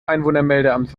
einwohnermeldeamt